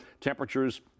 temperatures